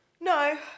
No